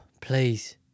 please